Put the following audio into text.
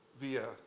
via